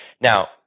Now